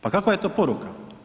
Pa kakva je to poruka.